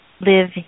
live